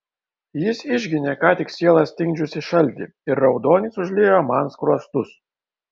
jis išginė ką tik sielą stingdžiusį šaltį ir raudonis užliejo man skruostus